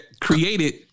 created